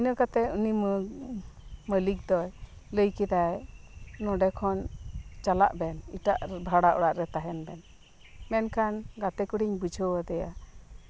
ᱤᱱᱟᱹ ᱠᱟᱛᱮᱫ ᱩᱱᱤ ᱢᱟᱹᱞᱤᱠ ᱫᱚ ᱞᱟᱹᱭ ᱠᱮᱫᱟᱭ ᱱᱚᱰᱮ ᱠᱷᱚᱱ ᱪᱟᱞᱟᱜ ᱵᱮᱱ ᱮᱴᱟᱜ ᱵᱷᱟᱲᱟ ᱚᱲᱟᱜ ᱨᱮ ᱛᱟᱸᱦᱮᱱ ᱵᱮᱱ ᱢᱮᱱᱠᱷᱟᱱ ᱜᱟᱛᱮ ᱠᱩᱲᱤᱧ ᱵᱩᱡᱷᱟᱹᱣ ᱠᱮᱫᱮᱭᱟ